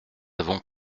avons